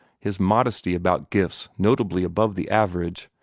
his modesty about gifts notably above the average,